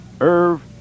Irv